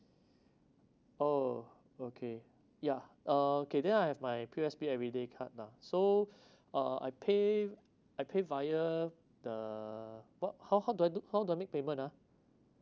oh okay yeah uh okay there I have my P_O_S_B everyday card lah so uh I pay I pay via the what how how do I do how do I make payment ah